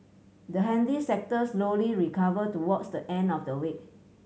the handy sector slowly recovered towards the end of the week